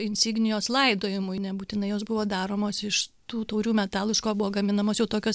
insignijos laidojimui nebūtinai jos buvo daromos iš tų taurių metalų iš ko buvo gaminamos jau tokios